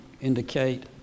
indicate